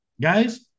guys